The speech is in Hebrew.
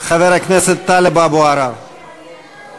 לא מעניין אותו העוני.